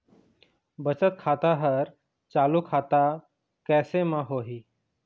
बचत खाता हर चालू खाता कैसे म होही?